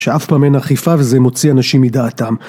שאף פעם אין אכיפה וזה מוציא אנשים מדעתם